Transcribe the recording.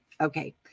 Okay